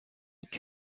est